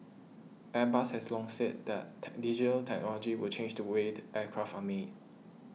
Airbus has long said that tech digital technology will change the way the aircraft are made